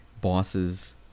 bosses